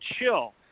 chill